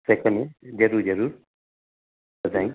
second में ज़रूरु ज़रूरु त साईं